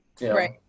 right